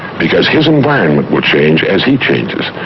because his environment will change as he changes.